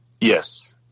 Yes